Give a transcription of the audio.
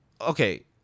okay